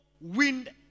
wind